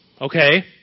Okay